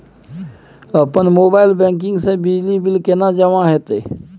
अपन mobile banking से बिजली बिल केने जमा हेते?